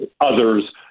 others